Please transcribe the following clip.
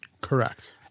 correct